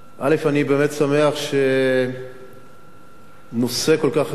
אני באמת שמח שנושא כל כך חשוב,